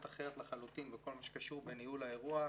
אחרת לחלוטין בכל מה שקשור בניהול האירוע,